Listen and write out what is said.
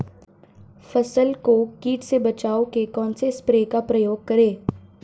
फसल को कीट से बचाव के कौनसे स्प्रे का प्रयोग करें?